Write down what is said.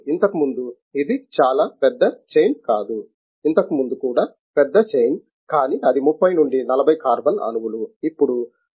ఇంతకుముందు ఇది చాలా పెద్ద చైన్ కాదు ఇంతకుముందు కూడా పెద్ద చైన్ కానీ అది 30 40 కార్బన్ అణువులు ఇప్పుడు 100 200 కార్బన్ అణువులు